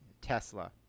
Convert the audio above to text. tesla